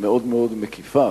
המאוד-מאוד מקיפה,